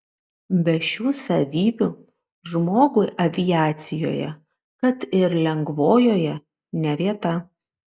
be šių savybių žmogui aviacijoje kad ir lengvojoje ne vieta